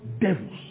devils